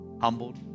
humbled